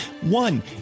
one